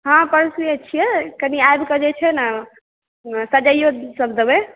हँ परसुए छियै कनि आबि कऽ जे छै ने सजाइयो सब देबै